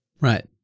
Right